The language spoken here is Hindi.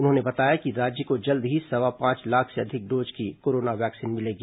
उन्होंने बताया कि राज्य को जल्द ही सवा पांच लाख से अधिक डोज की कोरोना वैक्सीन मिलेगी